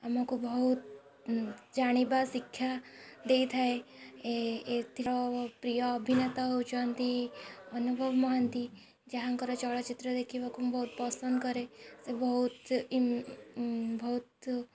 ଆମକୁ ବହୁତ ଜାଣିବା ଶିକ୍ଷା ଦେଇଥାଏ ଏଥିର ପ୍ରିୟ ଅଭିନେତା ହେଉଛନ୍ତି ଅନୁଭବ ମହାନ୍ତି ଯାହାଙ୍କର ଚଳଚ୍ଚିତ୍ର ଦେଖିବାକୁ ମୁଁ ବହୁତ ପସନ୍ଦ କରେ ସେ ବହୁତ ବହୁତ